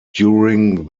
during